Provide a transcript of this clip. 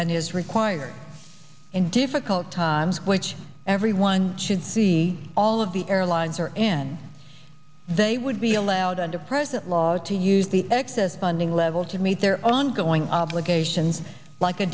that is required in difficult times which everyone should see all of the airlines are and they would be allowed under the present law to use the excess funding level to meet their ongoing obligations like a